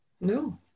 no